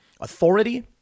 authority